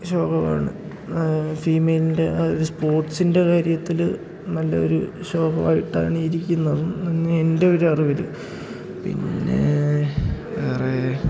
ശോകമാണ് ഫീമെയിലിൻ്റെ ആ ഒരു സ്പോർട്സിൻ്റെ കാര്യത്തിൽ നല്ല ഒരു ശോകമായിട്ടാണ് ഇരിക്കുന്നതും പിന്നെ എൻ്റെ ഒരറിവിൽ പിന്നെ വേറെ